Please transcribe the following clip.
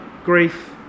grief